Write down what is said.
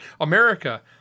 america